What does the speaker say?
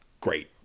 great